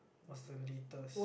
was the latest